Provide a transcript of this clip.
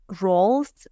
roles